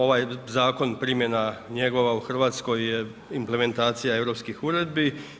Ovaj zakon, primjena njegova u Hrvatskoj je implementacija europskih uredbi.